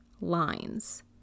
lines